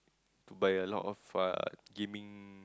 by a lot of far gaming